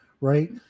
Right